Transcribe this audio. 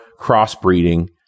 crossbreeding